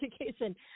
education